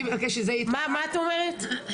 מה את אומרת?